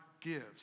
gives